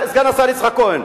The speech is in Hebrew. סגן השר יצחק כהן,